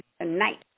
tonight